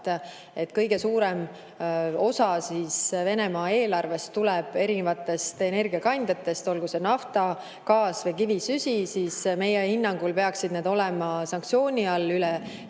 kõige suurem osa Venemaa eelarvest tuleb erinevatest energiakandjatest, olgu see nafta, gaas või kivisüsi, siis meie hinnangul peaksid need olema sanktsiooni all üle